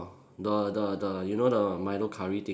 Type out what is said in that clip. the the the you know the Milo curry thing